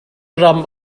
ram